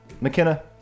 McKenna